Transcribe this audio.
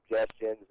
suggestions